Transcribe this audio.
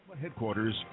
Headquarters